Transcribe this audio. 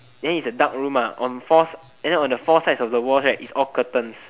then it's a dark room ah on fours and then on the four sides of the wall right it's all curtains